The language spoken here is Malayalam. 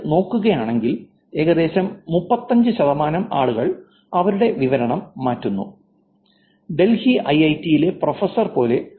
നിങ്ങൾ നോക്കുകയാണെങ്കിൽ ഏകദേശം 35 ശതമാനം ആളുകൾ അവരുടെ വിവരണം മാറ്റുന്നു ഡൽഹി ഐഐടിയിലെ പ്രൊഫസർ പോലെ